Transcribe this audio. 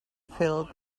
filled